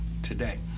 today